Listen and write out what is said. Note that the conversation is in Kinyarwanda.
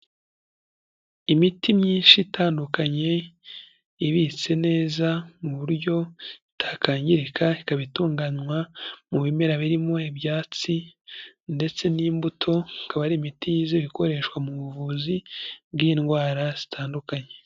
Imiti myinshi itandukanye ibitse neza mu buryo itakangirika, ikaba itunganywa mu bimera birimo ibyatsi ndetse n'imbuto, ikaba ari imiti yizewe ibikoreshwa mu buvuzi bw'indwara zitandukanye.